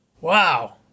wow